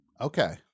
Okay